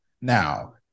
now